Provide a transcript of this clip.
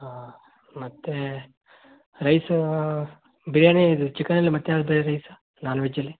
ಹಾಂ ಮತ್ತೆ ರೈಸ್ ಬಿರ್ಯಾನಿ ಇದು ಚಿಕನಲ್ಲಿ ಮತ್ತು ಯಾವ್ದು ಬೇರೆ ರೈಸ್ ನಾನ್ ವೆಜ್ಜಲ್ಲಿ